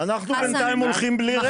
אנחנו, בינתיים, הולכים בלי רגל.